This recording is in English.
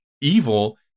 evil